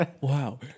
Wow